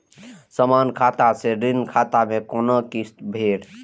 समान खाता से ऋण खाता मैं कोना किस्त भैर?